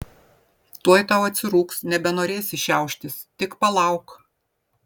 tuoj tau atsirūgs nebenorėsi šiauštis tik palauk